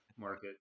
market